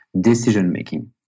decision-making